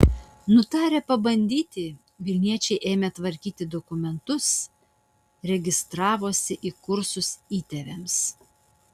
nutarę pabandyti vilniečiai ėmė tvarkyti dokumentus registravosi į kursus įtėviams